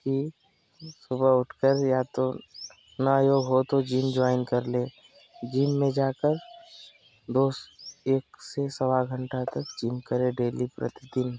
की सुबह उठ कर या तो न योग हो तो जिम जॉइन कर लें जिम में जाकर दोस्त एक से सवा घंटा तक जिम करे डेली प्रतिदिन